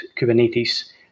Kubernetes